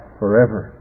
forever